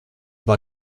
war